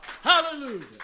Hallelujah